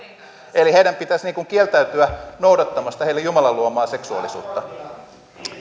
eli heidän pitäisi kieltäytyä noudattamasta jumalan heille luomaa seksuaalisuutta